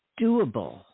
doable